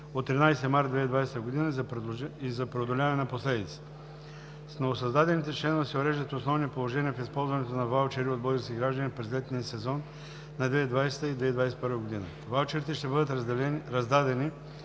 от 13 март 2020 г., и за преодоляване на последиците. С новосъздадените членове се уреждат основни положения в използването на ваучери от български граждани през летния сезон на 2020 и 2021 г. Ваучери ще бъдат раздадени